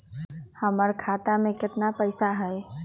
हमर खाता में केतना पैसा हई?